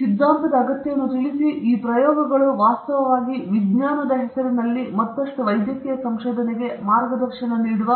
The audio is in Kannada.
ಈ ಸಿದ್ಧಾಂತದ ಅಗತ್ಯವನ್ನು ತಿಳಿಸಿ ಈ ಪ್ರಯೋಗಗಳು ವಾಸ್ತವವಾಗಿ ವಿಜ್ಞಾನದ ಹೆಸರಿನಲ್ಲಿ ಮತ್ತಷ್ಟು ವೈದ್ಯಕೀಯ ಸಂಶೋಧನೆಗೆ ಮಾರ್ಗದರ್ಶನ ನೀಡುವ